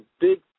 big